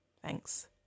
Thanks